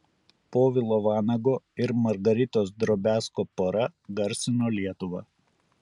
povilo vanago ir margaritos drobiazko pora garsino lietuvą